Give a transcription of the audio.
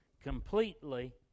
completely